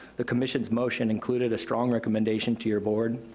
the commission's motion included a strong recommendation to your board,